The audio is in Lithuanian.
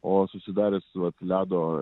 o susidarius vat ledo